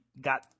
got